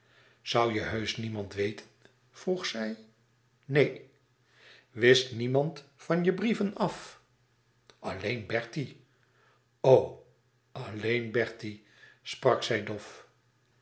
zoû je heusch niemand weten vroeg zij neen wist niemand van je brieven af alleen bertie o alleen bertie sprak zij dof